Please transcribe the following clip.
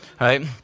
Right